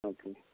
okay